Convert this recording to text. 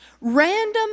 Random